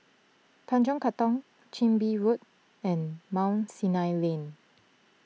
Tanjong Katong Chin Bee Road and Mount Sinai Lane